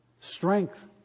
Strength